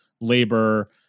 labor